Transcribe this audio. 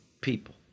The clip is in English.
people